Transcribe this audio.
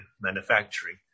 manufacturing